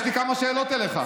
יש לי כמה שאלות אליך.